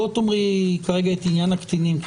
אז בואי תאמרי כרגע את עניין הקטינים,